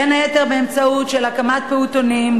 בין היתר באמצעות הקמת פעוטונים,